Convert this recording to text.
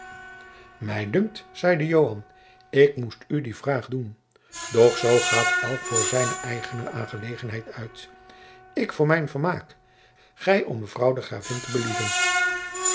mij dunkt zeide joan ik moest u die vraag doen doch zoo gaat elk voor zijne eigene aangelegenheid uit ik voor mijn vermaak gij om mevrouw de gravin te believen